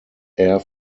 air